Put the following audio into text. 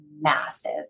massive